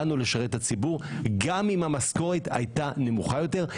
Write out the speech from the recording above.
באנו לשרת את הציבור גם אם המשכורת הייתה נמוכה יותר,